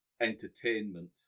entertainment